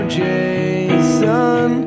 jason